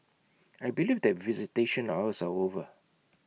I believe that visitation hours are over